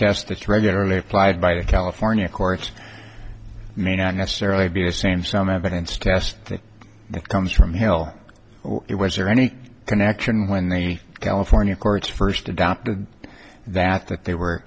that regularly applied by the california courts may not necessarily be the same some evidence test that comes from hell or it was there any connection when the california courts first adopted that that they were